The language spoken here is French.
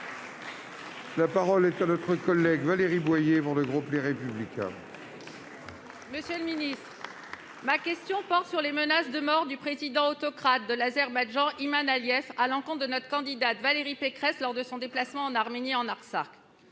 La parole est à Mme Valérie Boyer, pour le groupe Les Républicains. Monsieur le ministre, ma question porte sur les « menaces de mort » du président autocrate de l'Azerbaïdjan, Ilham Aliyev, à l'encontre de notre candidate Valérie Pécresse lors de son déplacement en Arménie et en Artsakh.